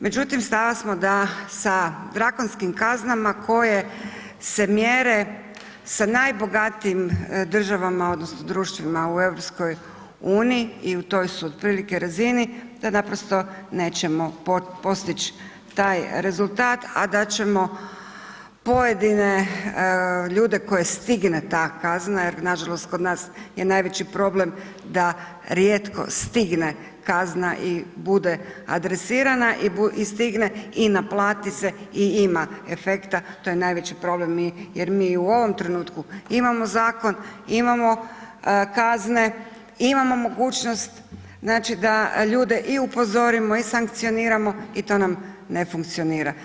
Međutim, stava smo da sa drakonskim kaznama koje se mjere sa najbogatijim državama odnosno društvima u EU i u toj su otprilike razini tad naprosto nećemo postić taj rezultat, a da ćemo pojedine ljude koje stigne ta kazna jer nažalost kod nas je najveći problem da rijetko stigne kazna i bude adresirana i stigne i naplati se i ima efekta, to je najveći problem jer mi u ovom trenutku imamo zakon, imamo kazne, imamo mogućnost, znači da ljude i upozorimo i sankcioniramo i to nam ne funkcionira.